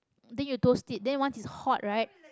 then you toast it then once it's hot right